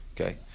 Okay